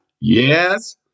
Yes